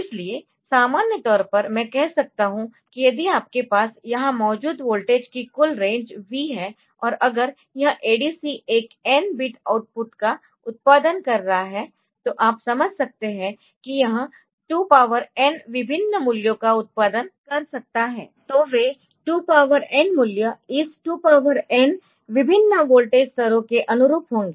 इसलिए सामान्य तौर पर मैं कह सकता हूं कि यदि आपके पास यहां मौजूद वोल्टेज की कुल रेंज V है और अगर यह ADC एक n बिट आउटपुट का उत्पादन कर रहा है तो आप समझ सकते है कि यह 2n विभिन्न मूल्यों काउत्पादन कर सकता है तो वे 2n मूल्य इस 2n विभिन्न वोल्टेज स्तरों के अनुरूप होंगे